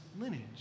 lineage